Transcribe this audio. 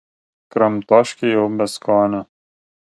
kramtoškė jau be skonio